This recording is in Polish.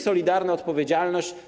Solidarna odpowiedzialność.